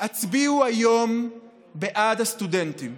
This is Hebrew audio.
הצביעו היום בעד הסטודנטים.